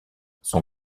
son